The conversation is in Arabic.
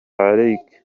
عليك